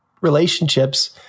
relationships